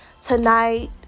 Tonight